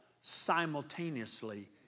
simultaneously